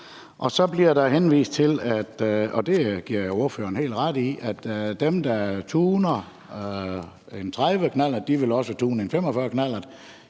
Så bliver der henvist til, og det giver jeg ordføreren helt ret i, at dem, der tuner en knallert 30, også vil tune en knallert